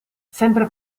sempre